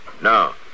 No